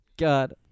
God